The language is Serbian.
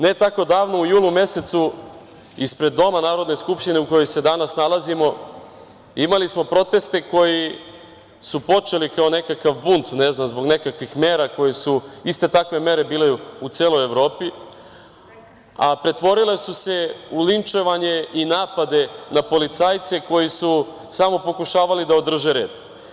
Ne tako davno u julu mesecu ispred Doma Narodne skupštine u kojoj se danas nalazimo imali smo proteste, koji su počeli kao nekakav bunt, ne znam, zbog nekakvih mera koje su, iste takve mere, bile u celoj Evropi, a pretvorile su se u linčovanje i napade na policajce koji su samo pokušavali da održe red.